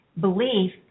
belief